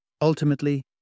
Ultimately